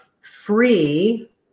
free